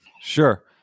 Sure